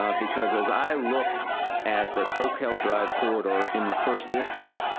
um because as i look at the soquel drive corridor in the first district,